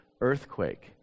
earthquake